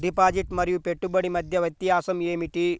Deposit మరియు పెట్టుబడి మధ్య వ్యత్యాసం ఏమిటీ?